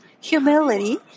humility